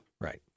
Right